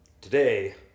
Today